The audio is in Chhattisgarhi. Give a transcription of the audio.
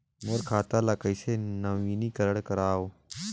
मोर खाता ल कइसे नवीनीकरण कराओ?